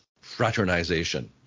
fraternization